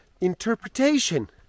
interpretation